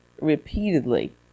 repeatedly